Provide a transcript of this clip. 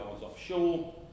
offshore